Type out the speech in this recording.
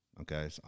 okay